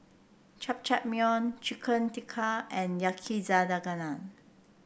Jajangmyeon Chicken Tikka and Yakizakana